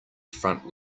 front